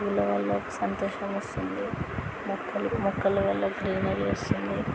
పూల వల్ల ఒక సంతోషం వస్తుంది మొక్కలు మొక్కల వల్ల గ్రీనరీ వస్తుంది